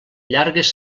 llargues